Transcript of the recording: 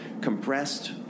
compressed